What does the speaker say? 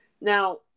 now